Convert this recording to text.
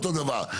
אותו דבר.